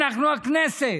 אנחנו הכנסת.